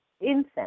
incense